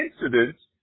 incidents